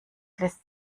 lässt